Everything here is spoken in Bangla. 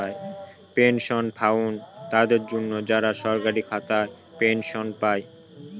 পেনশন ফান্ড তাদের জন্য, যারা সরকারি খাতায় পেনশন পায়